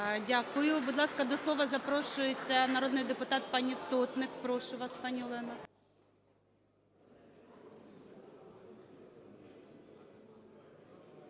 Дякую. Будь ласка, до слова запрошується народний депутат пані Сотник. Прошу вас, пані Олено.